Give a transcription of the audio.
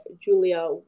Julia